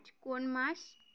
কোন মাস